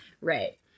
Right